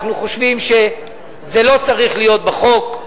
אנחנו חושבים שזה לא צריך להיות בחוק,